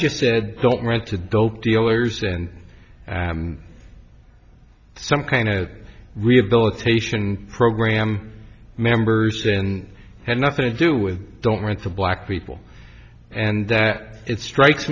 just said don't rent to dope dealers and some kind of rehabilitation program members say and had nothing to do with don't want to black people and that it strikes